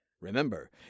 Remember